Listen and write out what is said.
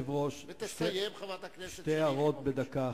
תסיים חברת הכנסת שלי יחימוביץ.